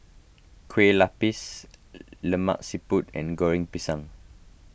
Kueh Lapis Lemak Siput and Goreng Pisang